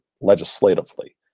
legislatively